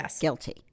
guilty